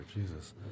Jesus